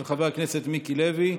של חבר הכנסת מיקי לוי.